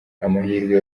amahirwe